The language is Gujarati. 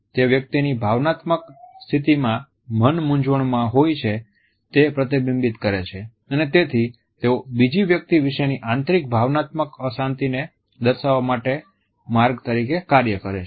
તે વ્યક્તિની ભાવનાત્મક સ્થિતિમાં મન મૂંઝવણમાં હોય છે તે પ્રતિબિંબિત કરે છે અને તેથી તેઓ બીજી વ્યક્તિ વિશેની આંતરિક ભાવનાત્મક અશાંતિને દર્શાવવા માટે માર્ગ તરીકે કાર્ય કરે છે